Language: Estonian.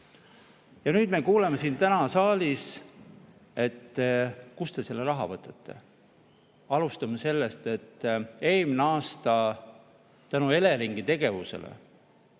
Ja nüüd me kuuleme täna siin saalis, et kust te selle raha võtate. Alustame sellest, et eelmine aasta Eleringi tegevuse